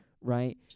right